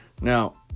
Now